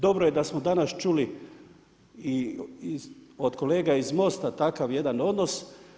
Dobro je da smo danas čuli i od kolega iz MOST-a takav jedan odnos.